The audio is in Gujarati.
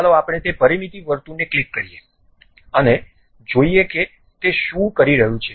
ચાલો તે પરિમિતિ વર્તુળને ક્લિક કરીએ અને જોઈએ કે તે શું કરી રહ્યું છે